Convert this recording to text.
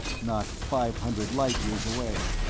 not five hundred light-years away.